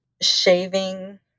shaving